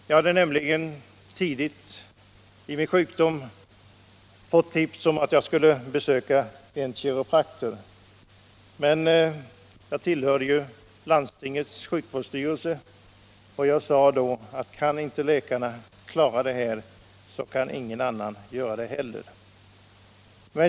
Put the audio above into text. Jag hade nämligen tidigt under min sjukdom fått tips om att besöka en kiropraktor, men som jag tillhörde landstingets sjukvårdsstyrelse svarade jag att kan inte läkarna klara detta, så kan ingen annan göra det heller.